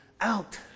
Out